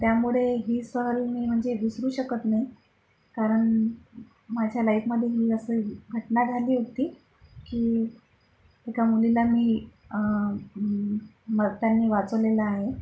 त्यामुळे ही सहल मी म्हणजे विसरू शकत नाही कारण माझ्या लाइफमध्ये ही अशी ही घटना झाली होती की एका मुलीला मी मरताना वाचवलेलं आहे